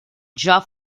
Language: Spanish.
joão